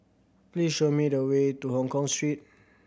please show me the way to Hongkong Street